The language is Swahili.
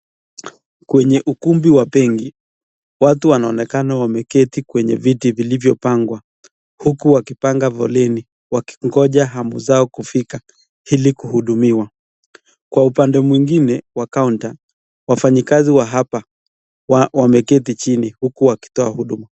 Kwenye ukumbi wa benki watu wanaoneka wameketi kwenye kiti vilivyo pangwa huku wakipanga foleni wakingoja Zamu zao kufika ili kuhudumiwa kwa upande mwingine wa kaunta, wafanyakazi wa hapa wameketi chini huku wakitoa huduma.